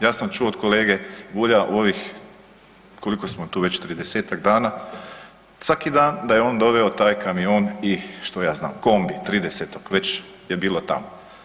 Ja sam čuo od kolege Bulja u ovih, koliko smo tu već 30-tak dana, svaki dan da je on doveo taj kamion i što ja znam kombi 30.-tog već je bilo tamo.